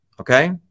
okay